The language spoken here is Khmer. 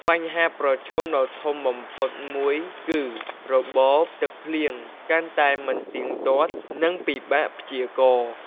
បញ្ហាប្រឈមដ៏ធំបំផុតមួយគឺ របបទឹកភ្លៀងកាន់តែមិនទៀងទាត់ និងពិបាកព្យាករណ៍។